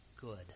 good